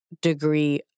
degree